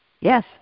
yes